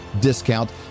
discount